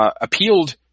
appealed